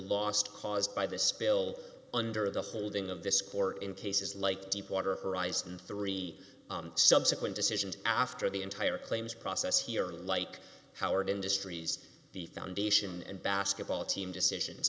lost cause by the spill under the holding of the score in cases like deepwater horizon three subsequent decisions after the entire claims process here unlike howard industries the foundation and basketball team decisions